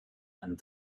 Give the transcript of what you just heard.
and